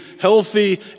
healthy